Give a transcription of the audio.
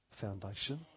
foundation